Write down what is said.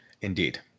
Indeed